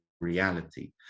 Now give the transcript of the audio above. reality